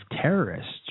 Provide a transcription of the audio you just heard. terrorists